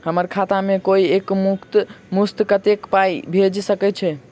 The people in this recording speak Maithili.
हम्मर खाता मे कोइ एक मुस्त कत्तेक पाई भेजि सकय छई?